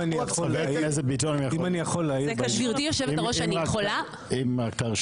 אני רוצה להגיד משהו פה בהקשר